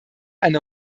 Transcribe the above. eine